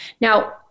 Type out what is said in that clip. Now